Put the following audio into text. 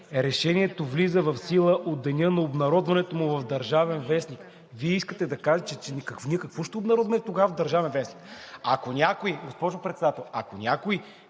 „Решението влиза в сила от деня на обнародването му в „Държавен вестник“.“ Вие искате да кажете… Ние какво ще обнародваме тогава в „Държавен вестник“? Госпожо Председател, днес